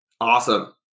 Awesome